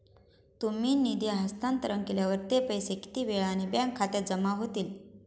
तुम्ही निधी हस्तांतरण केल्यावर ते पैसे किती वेळाने बँक खात्यात जमा होतील?